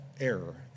error